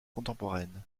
contemporaines